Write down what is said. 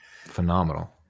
phenomenal